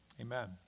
amen